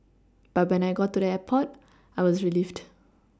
but when I got to the airport I was relieved